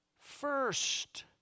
first